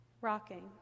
rocking